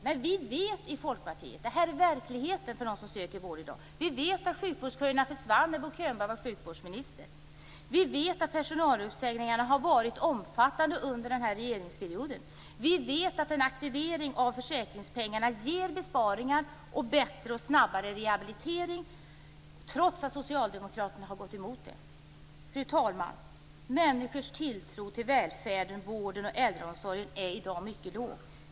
Men vi vet i Folkpartiet att det är verkligheten för dem som söker vård i dag. Vi vet att sjukvårdsköerna försvann när Bo Könberg var sjukvårdsminister. Vi vet att personaluppsäningarna har varit omfattande under den här regeringsperioden. Vi vet att en aktivering av försäkringspengarna ger resultat, en bättre och snabbare rehabilitering trots att socialdemokraterna gått emot det. Fru talman! Människors tilltro till välfärden, omsorgen och äldreomsorgen är i dag låg.